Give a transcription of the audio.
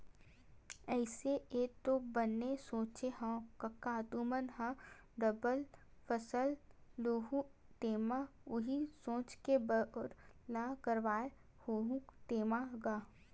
अइसे ऐ तो बने सोचे हँव कका तुमन ह डबल फसल लुहूँ तेमा उही सोच के बोर ल करवात होहू तेंमा गा?